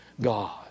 God